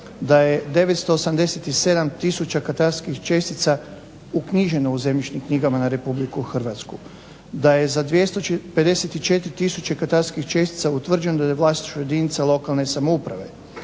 da je 987 tisuća katastarskih čestica uknjiženo u zemljišnim knjigama na RH, da je za 254 tisuće katastarskih čestica utvrđeno da je u vlasništvu jedinica lokalne samouprave,